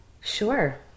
Sure